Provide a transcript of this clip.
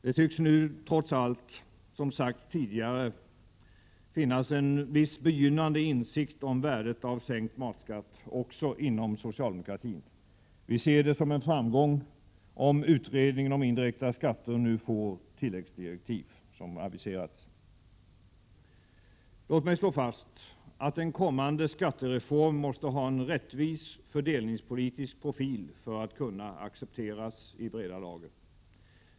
Det tycks nu, trots allt som sagts, finnas en viss begynnande insikt om värdet av sänkt matskatt också inom socialdemokratin. Vi ser det som en framgång om utredningen om indirekta skatter nu får de tilläggsdirektiv som aviserats. Låt mig slå fast att en kommande skattereform måste ha en rättvis fördelningspolitisk profil för att kunna accepteras i breda lager.